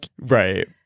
right